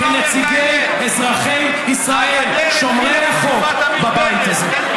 בגדתם בשליחות שלכם כנציגי אזרחי ישראל שומרי החוק בבית הזה.